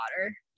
water